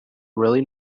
really